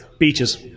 Beaches